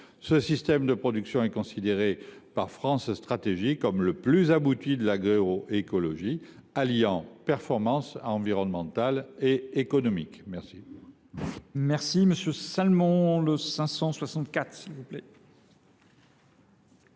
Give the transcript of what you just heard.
ce système de production est considéré par France Stratégie comme le plus abouti de l’agroécologie, alliant performance environnementale et économique. Les